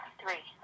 three